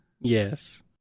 Yes